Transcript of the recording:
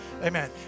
Amen